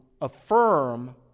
affirm